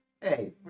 Hey